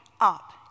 up